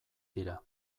dira